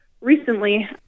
recently